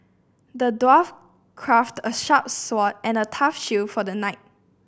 the dwarf crafted a sharp sword and a tough shield for the knight